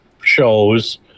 shows